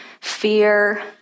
fear